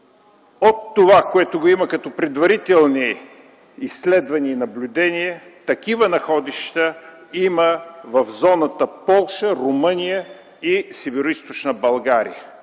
От това, което го има като предварителни изследвания и наблюдения, такива находища има в зоната – Полша, Румъния и Североизточна България.